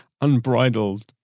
unbridled